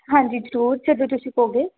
ਹਾਂਜੀ ਜ਼ਰੂਰ ਜਦੋਂ ਤੁਸੀਂ ਕਹੋਗੇ